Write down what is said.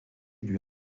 lui